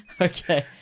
Okay